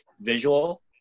visual